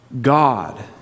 God